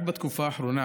רק בתקופה האחרונה